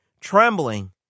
trembling